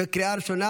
לקריאה ראשונה.